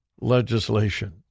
legislation